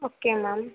okay ma'am